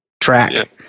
track